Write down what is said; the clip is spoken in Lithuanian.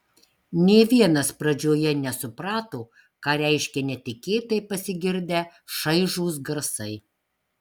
nė vienas pradžioje nesuprato ką reiškia netikėtai pasigirdę šaižūs garsai